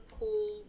cool